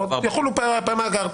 יחולו במאגר,